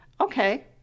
okay